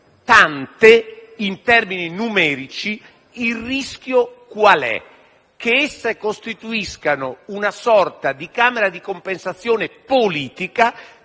tante in termini numerici, il rischio è che esse costituiscano una sorta di camera di compensazione politica,